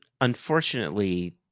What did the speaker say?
unfortunately